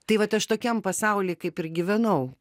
tai vat aš tokiam pasauly kaip ir gyvenau